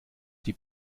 die